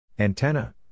Antenna